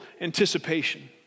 anticipation